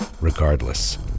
Regardless